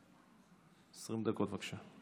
20 דקות, בבקשה.